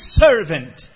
servant